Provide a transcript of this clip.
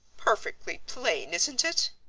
perfectly plain, isn't it?